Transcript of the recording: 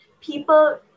people